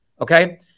Okay